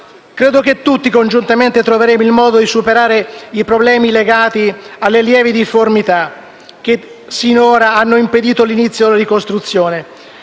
Credo che tutti congiuntamente troveremo il modo di superare i problemi legati alle lievi difformità che finora hanno impedito l'inizio della ricostruzione.